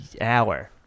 hour